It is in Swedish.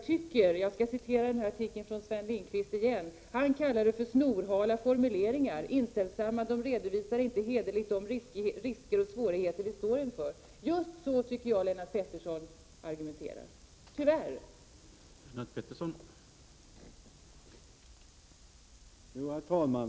Sven Lindqvist kallade det i sin artikel för snorhala formuleringar och sade att de var inställsamma; de redovisar inte hederligt de risker och svårigheter vi står inför. Just så tycker jag Lennart Pettersson argumenterar — tyvärr.